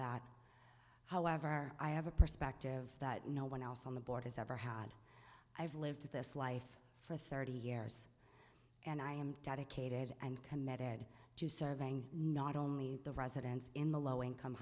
that however i have a perspective that no one else on the board has ever had i have lived this life for thirty years and i am dedicated and committed to serving not only the residents in the low income